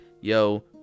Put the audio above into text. yo